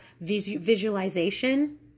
visualization